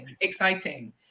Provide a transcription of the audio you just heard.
exciting